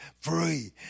free